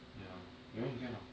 ya you want you get lah